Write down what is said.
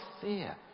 fear